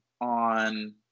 on